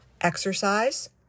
Exercise